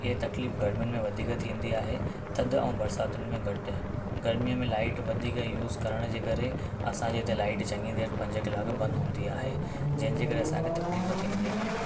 इहे तकलीफ़ गर्मियुनि में वधीक थींदी आहे थधि ऐं बरिसातुनि में घटि गर्मीअ में लाइट वधीक यूज़ करण जे करे असांजे हिते लाइट चंङी देर पंज कलाक बंदि हूंदी आहे जंहिं जे करे असांखे तकलीफ़ थींदी आहे